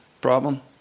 problem